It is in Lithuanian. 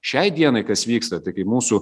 šiai dienai kas vyksta tai kai mūsų